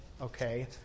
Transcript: Okay